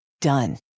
Done